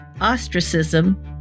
ostracism